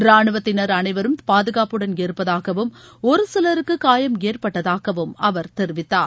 ராணுவத்தினர் அனைவரும் பாதுகாப்புடன் இருப்பதாகவும் ஒரு சிலருக்கு காயம் ஏற்பட்டதாகவும் அவர் தெரிவித்தார்